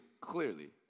clearly